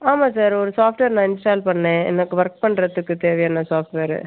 ஆமாம் சார் ஒரு சாஃப்ட்வேர் நான் இன்ஸ்டால் பண்ணிணேன் எனக்கு ஒர்க் பண்ணுறத்துக்கு தேவையான சாஃப்ட்வேரு